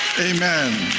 Amen